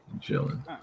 chilling